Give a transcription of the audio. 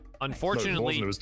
Unfortunately